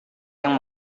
yang